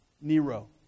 Nero